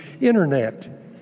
internet